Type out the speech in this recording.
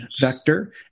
vector